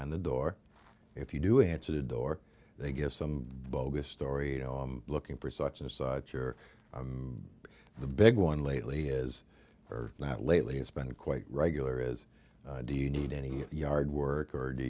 on the door if you do answer the door they get some bogus story you know i'm looking for such and such or the big one lately is or not lately it's been quite regular is do you need any yard work or do